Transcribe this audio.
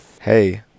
Hey